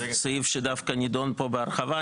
סעיף שדווקא נידון פה בהרחבה,